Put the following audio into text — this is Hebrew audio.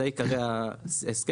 זה עיקרי ההסכם.